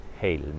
Hail